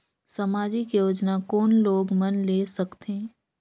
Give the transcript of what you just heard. समाजिक योजना कोन लोग मन ले सकथे?